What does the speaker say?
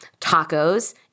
tacos